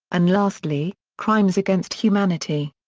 and lastly, crimes against humanity.